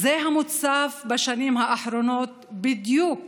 זו המוצפת בשנים האחרונות, בדיוק